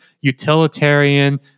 utilitarian